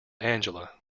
angela